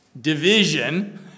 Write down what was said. division